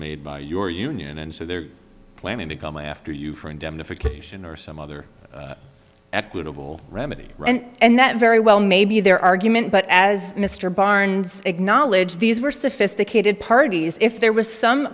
made by your union and so they're planning to come after you for indemnification or some other equitable remedy and that very well may be their argument but as mr barnes acknowledge these were sophisticated parties if there was some